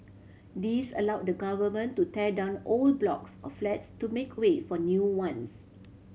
this allow the Government to tear down old blocks of flats to make way for new ones